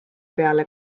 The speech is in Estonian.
peale